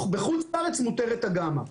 בחוץ לארץ מותרת הגמא.